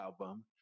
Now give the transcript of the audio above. album